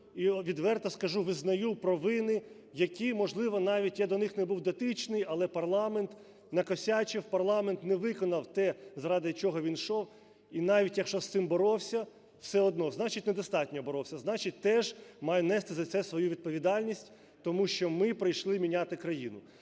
і, відверто скажу, визнаю провини, які, можливо, навіть я до них не був дотичний, але парламент "накосячив", парламент не виконав те, заради чого він йшов. І навіть якщо з цим боровся, все одно, значить недостатньо боровся, значить теж маю нести за це свою відповідальність, тому що ми прийшли міняти країну.